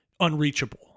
unreachable